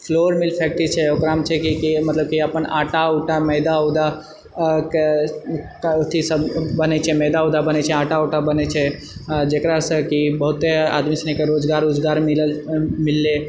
floor mill factory छै ओकरामे छै कि मतलब कि अपन आँटा उँटा मैदा उदाके अथि सब बनैत छै मैदा उदा बनैत छै आँटा उँटा बनैत छै आ जेकरासँ कि बहुते आदमी सनिके रोजगार वोजगार मिलल मिललै